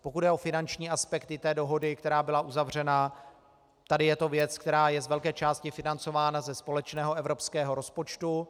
Pokud jde o finanční aspekty té dohody, která byla uzavřena, tady je to věc, která je z velké části financována ze společného evropského rozpočtu.